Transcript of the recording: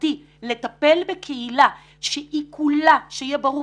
רווחתי לטפל בקהילה שהיא כולה שהיה ברור,